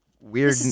weird